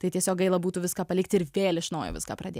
tai tiesiog gaila būtų viską palikti ir vėl iš naujo viską pradėt